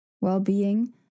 well-being